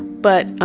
but